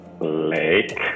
Lake